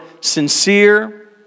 sincere